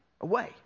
away